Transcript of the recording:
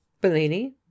bellini